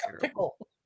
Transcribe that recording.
pickle